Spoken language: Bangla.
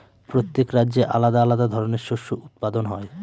প্রত্যেক রাজ্যে আলাদা আলাদা ধরনের শস্য উৎপাদন হয়